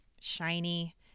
shiny